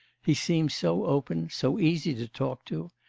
he seems so open, so easy to talk to,